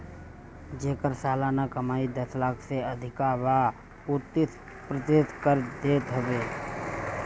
जेकर सलाना कमाई दस लाख से अधिका बा उ तीस प्रतिशत कर देत हवे